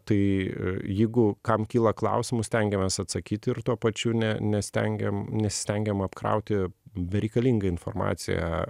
tai jeigu kam kyla klausimų stengiamės atsakyti ir tuo pačiu ne nestengiam nesistengiam apkrauti bereikalinga informacija